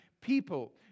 people